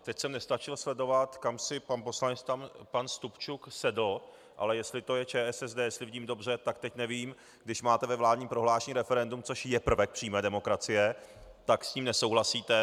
Teď jsem nestačil sledovat, kam si pan poslanec Stupčuk sedl, ale jestli to je ČSSD, jestli vidím dobře, tak teď nevím, když máte ve vládním prohlášení referendum, což je prvek přímé demokracie, tak s tím nesouhlasíte.